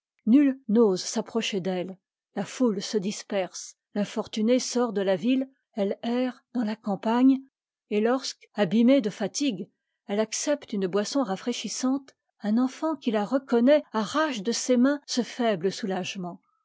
n'ose s'approcher d'elle la foule se disperse l'infortunée sort de la ville elle erre dans la campagne et lorsque abîmée de fatigue elle accepte une boisson rafraîchissante un enfant qui la reconnaît arrache de ses mains ce faible soulagement